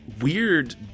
weird